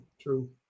true